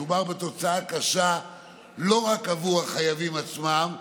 מדובר בתוצאה קשה לא רק עבור החייבים עצמם,